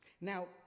Now